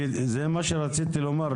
זה מה שרציתי לומר.